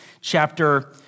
chapter